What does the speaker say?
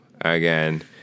Again